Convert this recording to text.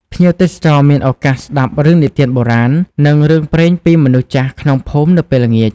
ភ្ញៀវទេសចរមានឱកាសស្តាប់រឿងនិទានបូរាណ និងរឿងព្រេងពីមនុស្សចាស់ក្នុងភូមិនៅពេលល្ងាច។